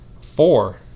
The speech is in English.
Four